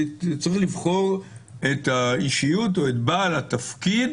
צריך לבחור את האישיות או את בעל התפקיד